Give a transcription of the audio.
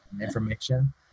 information